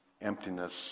emptiness